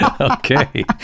Okay